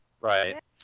Right